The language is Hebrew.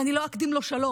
ואני לא אקדים לו שלום.